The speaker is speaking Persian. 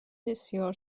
بسیار